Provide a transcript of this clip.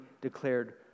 declared